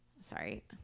Sorry